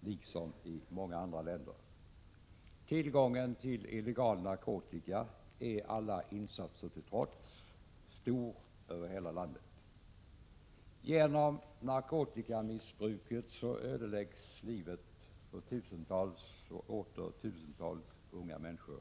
liksom i många andra länder. Tillgången till illegal narkotika är, alla insatser till trots, stor över hela landet. Genom narkotikamissbruket ödeläggs livet för tusentals och åter tusentals unga människor.